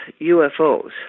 UFOs